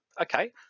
okay